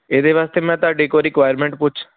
ਇਹਦੇ ਵਾਸਤੇ ਮੈਂ ਤੁਹਾਡੀ ਇੱਕ ਵਾਰੀ ਰਿਕੁਇਰਮੈਂਟ ਪੁੱਛ